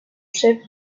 chef